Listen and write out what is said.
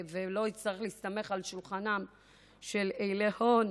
והוא לא יצטרך להיסמך על שולחנם על אילי הון